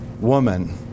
woman